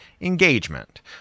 engagement